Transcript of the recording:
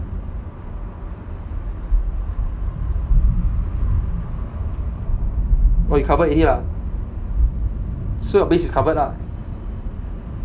oh you covered already lah so your base is covered lah